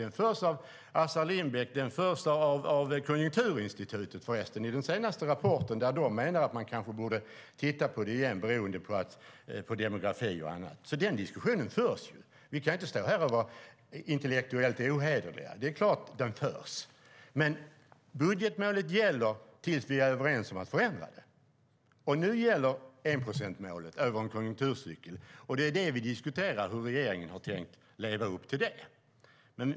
Den förs av Assar Lindbeck, och den förs också Konjunkturinstitutet i dess senaste rapport, där man skriver att man kanske borde titta på överskottsmålet igen beroende på demografi och annat. Den diskussionen förs ju. Vi kan inte stå här och vara intellektuellt ohederliga. Det är klart att den förs. Budgetmålet gäller tills vi är överens om att förändra det. Nu gäller enprocentsmålet över en konjunkturcykel, och nu diskuterar vi hur regeringen har tänkt leva upp till det.